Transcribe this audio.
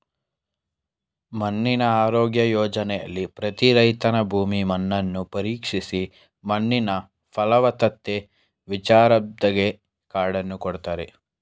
ಮಣ್ಣಿನ ಆರೋಗ್ಯ ಯೋಜನೆಲಿ ಪ್ರತಿ ರೈತನ ಭೂಮಿ ಮಣ್ಣನ್ನು ಪರೀಕ್ಷಿಸಿ ಮಣ್ಣಿನ ಫಲವತ್ತತೆ ವಿಚಾರದ್ಬಗ್ಗೆ ಕಾರ್ಡನ್ನು ಕೊಡ್ತಾರೆ